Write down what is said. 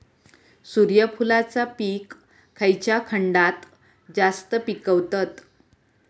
सूर्यफूलाचा पीक खयच्या खंडात जास्त पिकवतत?